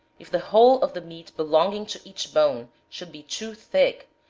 if the whole of the meat belonging to each bone should be too thick,